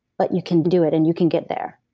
but you can do it and you can get there.